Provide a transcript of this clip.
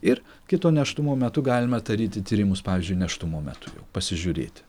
ir kito nėštumo metu galime daryti tyrimus pavyzdžiui nėštumo metu jau pasižiūrėti